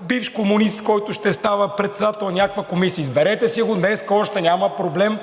бивш комунист, който ще става председател на някаква комисия – изберете си го още днес, няма проблем,